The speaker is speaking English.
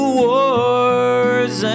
wars